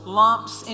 lumps